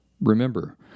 Remember